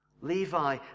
Levi